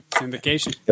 indication